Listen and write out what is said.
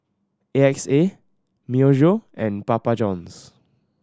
A X A Myojo and Papa Johns